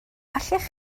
allech